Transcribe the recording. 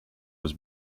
was